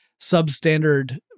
substandard